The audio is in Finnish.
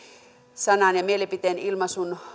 sanan ja mielipiteenilmaisun